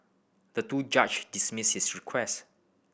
the two judge dismissed his request